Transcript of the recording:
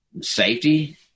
safety